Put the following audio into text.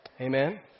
Amen